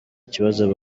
kibazo